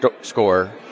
score